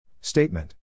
Statement